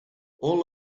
all